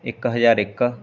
ਇੱਕ ਹਜ਼ਾਰ ਇੱਕ